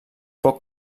pot